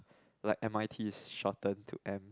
like M_I_T is shortened to M